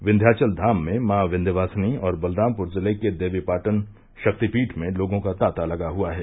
विन्ध्याचल धाम में माँ विन्ध्यवासिनी और बलरामपूर जिले के देवीपाटन शक्तिपीठ में लोगों का तांता लगा हुआ है